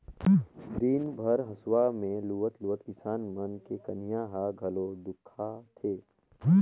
दिन भर हंसुआ में लुवत लुवत किसान मन के कनिहा ह घलो दुखा थे